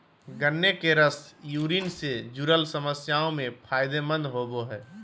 गन्ने के रस यूरिन से जूरल समस्याओं में फायदे मंद होवो हइ